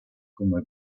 come